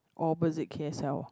opposite K_S_L ah